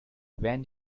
went